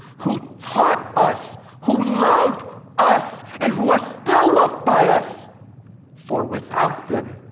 who taught us, who loved us and who are still loved by us for without them,